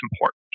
important